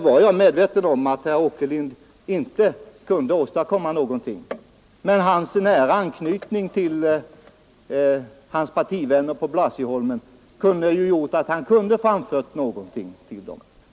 Jag var medveten om att herr Åkerlind själv inte kunde åstadkomma någonting, men genom sin nära anknytning till sina partivänner på Blasieholmen skulle han ha kunnat framföra något till dem.